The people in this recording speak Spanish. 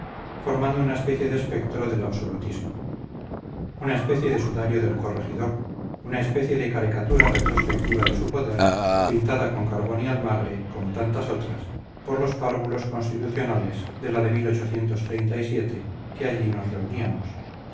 formando una especie de espectro del absolutismo una especie de sudario del corregidor una especie de caricatura retrospectiva de su poder pintada con carbón y almagre como tantas otras por los párvulos constitucionales de la de que allí nos reuníamos